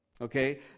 Okay